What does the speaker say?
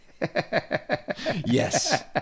Yes